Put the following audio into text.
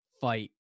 fight